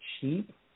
cheap